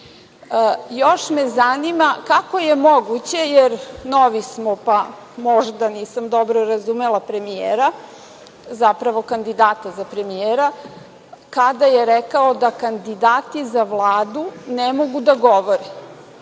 me zanima kako je moguće, jer novi smo pa možda nisam dobro razumela premijera, zapravo kandidata za premijera, da je rekao da kandidati za Vladu ne mogu da govore,